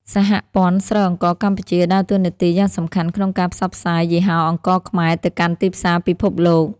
សហព័ន្ធស្រូវអង្ករកម្ពុជាដើរតួនាទីយ៉ាងសកម្មក្នុងការផ្សព្វផ្សាយយីហោអង្ករខ្មែរទៅកាន់ទីផ្សារពិភពលោក។